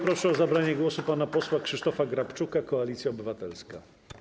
Proszę o zabranie głosu pana posła Krzysztofa Grabczuka, Koalicja Obywatelska.